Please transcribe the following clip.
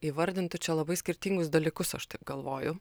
įvardintų čia labai skirtingus dalykus aš taip galvoju